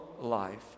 life